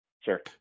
Sure